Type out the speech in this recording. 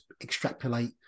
extrapolate